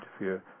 interfere